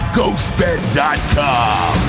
Ghostbed.com